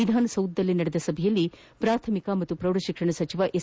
ವಿಧಾನಸೌಧದಲ್ಲಿ ನಡೆದ ಸಭೆಯಲ್ಲಿ ಪ್ರಾಥಮಿಕ ಹಾಗೂ ಪ್ರೌಢಶಿಕ್ಷಣ ಸಚಿವ ಎಸ್